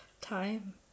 time